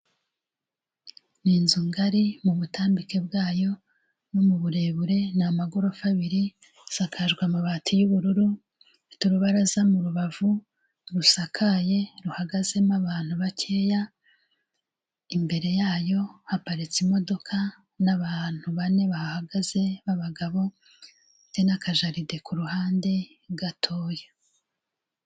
Ni inzu ngari mu butambike bwayo no mu burebure, ni amagorofa abiri asakajwe amabati y'ubururu mfite urubaraza mu rubavu rusakaye ruhagazemo abantu bakeya, imbere yayo haparitse imodoka n'abantu bane bahagaze b'abagabo ndetse n'akajaride ku ruhande gatoya.